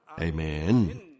Amen